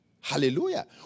Hallelujah